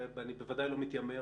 ואני בוודאי לא מתיימר